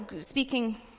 speaking